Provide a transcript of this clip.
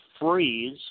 freeze